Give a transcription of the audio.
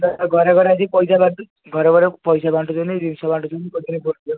ସେ ପା ଘରେ ଘରେ ଆସି ପଇସା ବାଣ୍ଟୁଛି ଘରେ ଘରେ ପଇସା ବାଣ୍ଟୁଛନ୍ତି ଜିନିଷ ବାଣ୍ଟୁଛନ୍ତି କହୁଛନ୍ତି ଭୋଟ୍ ଦିଅ